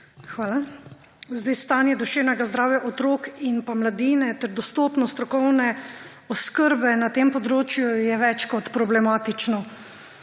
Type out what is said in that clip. Hvala. Stanje duševnega zdravja otrok in mladine ter dostopnost strokovne oskrbe na tem področju sta več kot problematična.